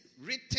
written